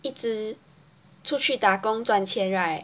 一直出去打工赚钱 right